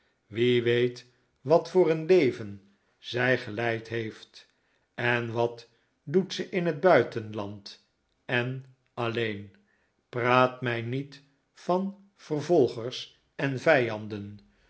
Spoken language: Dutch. wie weet wat voor een leven zij gejeid heeft en wat doet ze in het buitenland en alleen praat mij niet van vervolgers en vijanden